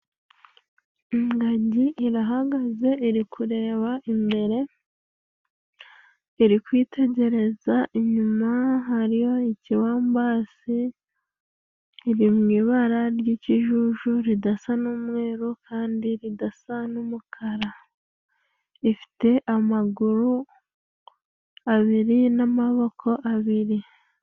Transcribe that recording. Ingagi irahagaze iri kureba imbere, iri kwitegereza inyuma hariho ikibambasi kiri mu ibara ry'ikijuju ridasa n'umweru kandi ridasa n'umukara. Ifite amaguru abiri n'amaboko abiri.